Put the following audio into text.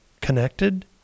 connected